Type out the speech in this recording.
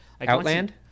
Outland